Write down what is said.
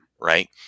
Right